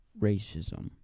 racism